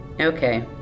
Okay